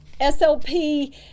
SLP